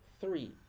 three